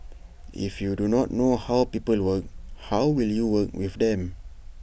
if you do not know how people work how will you work with them